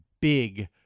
big